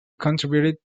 contributed